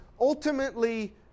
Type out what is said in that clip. ultimately